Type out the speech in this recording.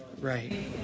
Right